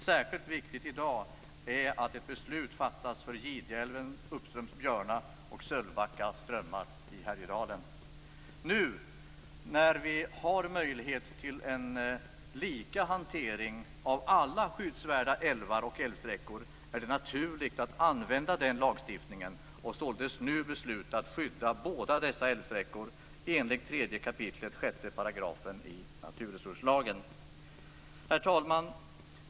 Särskilt viktigt i dag är att ett beslut fattas om Gideälven uppströms Björna och När vi nu har en lagstiftning som ger möjlighet till lika hantering av alla skyddsvärda älvar och älvsträckor är det naturligt att använda den lagstiftningen och således i dag besluta att skydda båda dessa älvsträckor enligt 3 kap. 6 § i naturresurslagen. Herr talman!